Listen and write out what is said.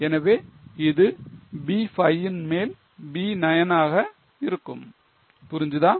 எனவே இது B5 இன் மேல் B9 ஆக இருக்கும் புரிஞ்சுதா